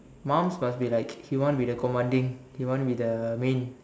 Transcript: maams must be like he want to be the commanding he want to be the main